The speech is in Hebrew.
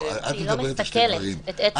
היא לא מסכלת את עצם ההחלטה.